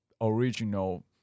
original